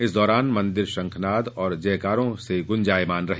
इस दौरान मंदिर शंखनाद एवं जयकारों से गुंजायमान रहे